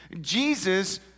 Jesus